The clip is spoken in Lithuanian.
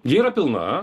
ji yra pilna